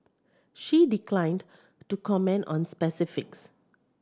she declined to comment on specifics